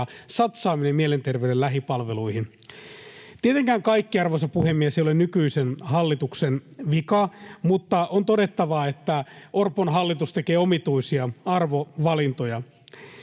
ja satsaaminen mielenterveyden lähipalveluihin. Tietenkään kaikki, arvoisa puhemies, ei ole nykyisen hallituksen vika, mutta on todettava, että Orpon hallitus tekee omituisia arvovalintoja.